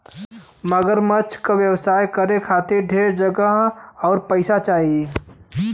मगरमच्छ क व्यवसाय करे खातिर ढेर जगह आउर पइसा चाही